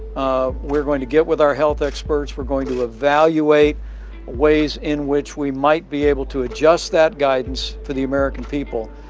ah we're going to get with our health experts. we're going to evaluate ways in which we might be able to adjust that guidance for the american people.